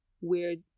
weird